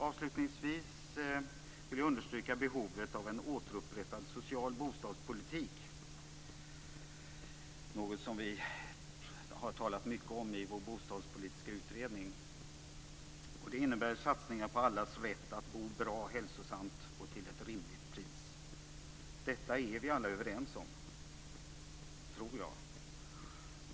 Avslutningsvis vill jag understryka behovet av en återupprättad social bostadspolitik, något som vi har talat mycket om i vår bostadspolitiska utredning. Det innebär satsningar på allas rätt att bo bra, hälsosamt och till ett rimligt pris. Detta är vi alla överens om, tror jag.